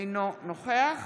אינו נוכח